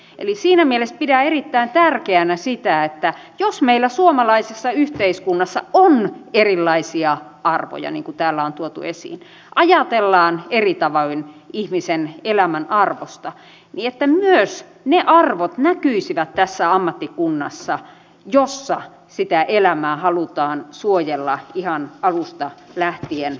eli siinä mielessä pidän erittäin tärkeänä sitä että jos meillä suomalaisessa yhteiskunnassa on erilaisia arvoja niin kuin täällä on tuotu esiin ajatellaan eri tavoin ihmisen elämän arvosta niin myös ne arvot näkyisivät tässä ammattikunnassa jossa sitä elämää halutaan suojella ihan alusta lähtien